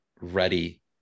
ready